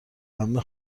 عمه